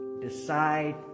decide